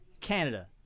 Canada